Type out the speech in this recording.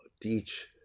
teach